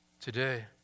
Today